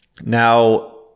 now